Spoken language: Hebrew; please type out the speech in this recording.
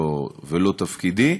ולא תפקידי,